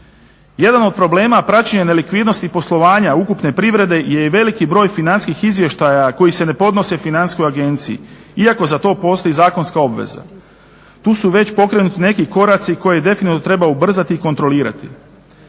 Jedan od problema, praćenje nelikvidnosti i poslovanja ukupne privrede, je i veliki broj financijskih izvještaja koji se ne podnose financijskoj agenciji, iako za to postoji zakonska obveza. Tu su već pokrenuti neki koraci koje definitivno treba ubrzati i kontrolirati.